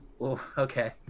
Okay